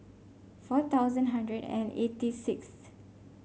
four thousand hundred and eighty sixth